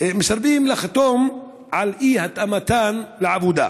מסרבים לחתום על אי-התאמתן לעבודה,